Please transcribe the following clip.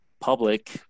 public